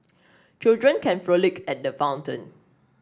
children can frolic at the fountain